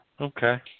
Okay